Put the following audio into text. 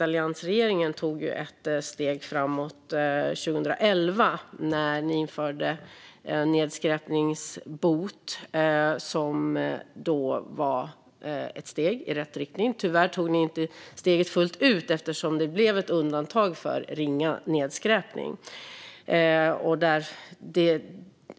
Alliansregeringen tog ett steg framåt 2011 när ni införde en nedskräpningsbot, vilket var ett steg i rätt riktning. Tyvärr tog ni inte steget fullt ut eftersom det blev ett undantag för ringa nedskräpning.